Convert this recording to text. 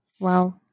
Wow